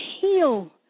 heal